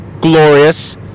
Glorious